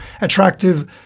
attractive